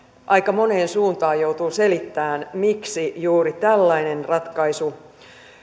aika moneen suuntaan joutuu selittämään miksi juuri tällainen ratkaisu